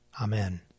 Amen